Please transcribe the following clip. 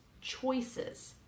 choices